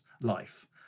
life